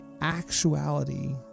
actuality